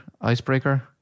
icebreaker